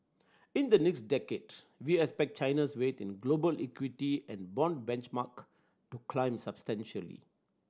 in the next decade we expect China's weight in global equity and bond benchmark to climb substantially